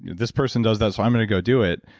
this person does that, so i'm going to go do it.